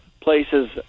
places